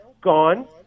Gone